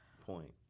point